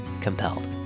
COMPELLED